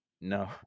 No